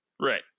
right